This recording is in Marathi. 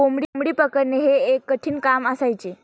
कोंबडी पकडणे हे एक कठीण काम असायचे